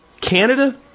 Canada